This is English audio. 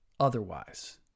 otherwise